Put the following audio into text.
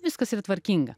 viskas yra tvarkinga